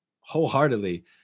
wholeheartedly